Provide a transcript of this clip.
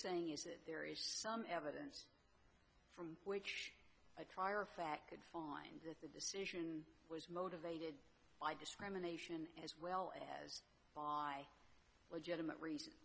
saying is that there is some evidence from which i try or fact could find that the decision was motivated by discrimination as well as by legitimate reason